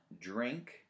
drink